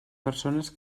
persones